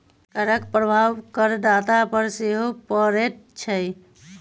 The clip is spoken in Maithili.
करक प्रभाव करदाता पर सेहो पड़ैत छै